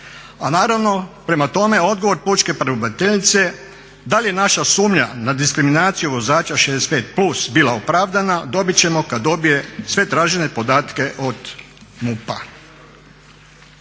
A naravno prema tome odgovor pučke pravobraniteljice da li je naša sumnja na diskriminaciju vozača 65+ bila opravdana dobit ćemo kad dobije sve tražene podatke od MUP-a.